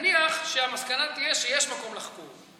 נניח שהמסקנה תהיה שיש מקום לחקור,